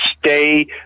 stay